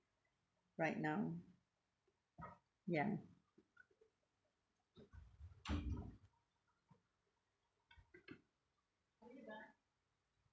right now ya